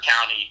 County